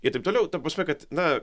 ir taip toliau ta prasme kad na